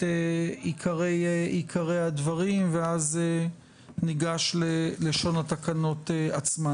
עיקרי הדברים ואז ניגףש ללשון התקנות עצמן.